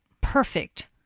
perfect